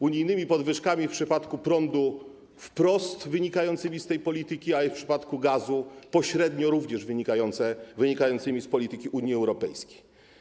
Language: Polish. Unijnymi podwyżkami w przypadku prądu wprost wynikającymi z tej polityki, a jak w przypadku gazu pośrednio również wynikającymi z polityki Unii Europejskiej.